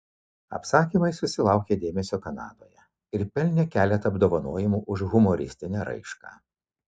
apsakymai susilaukė dėmesio kanadoje ir pelnė keletą apdovanojimų už humoristinę raišką